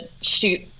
shoot